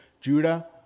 Judah